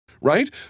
right